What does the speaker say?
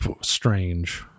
strange